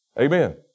Amen